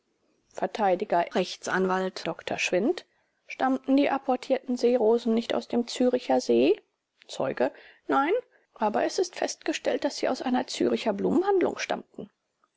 r a dr schwindt stammten die apportierten seerosen nicht aus dem züricher see zeuge nein aber es ist festgestellt daß sie aus einer züricher blumenhandlung stammten